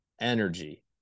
energy